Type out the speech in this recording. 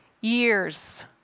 years